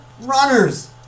runners